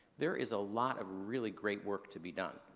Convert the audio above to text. there is a lot of really great work to be done.